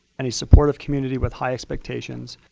and a supportive community with high expectations.